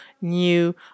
new